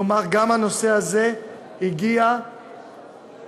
כלומר, גם הנושא הזה הגיע וטופל.